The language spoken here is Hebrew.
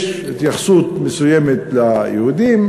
יש התייחסת מסוימת ליהודים,